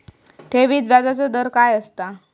ठेवीत व्याजचो दर काय असता?